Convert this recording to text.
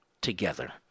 together